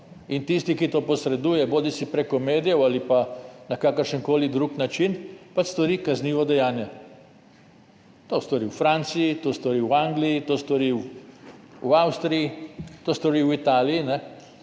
to. Tisti, ki to posreduje, bodisi prek medijev ali pa na kakršenkoli drug način, pač stori kaznivo dejanje. To stori v Franciji, to stori v Angliji, to stori v Avstriji, to stori v Italiji.